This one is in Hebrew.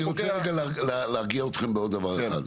אני רוצה להרגיע אתכם בעוד משהו.